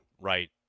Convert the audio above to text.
right